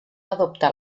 adoptar